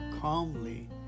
calmly